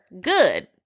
good